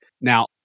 Now